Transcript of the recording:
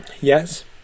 Yes